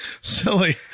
Silly